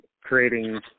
Creating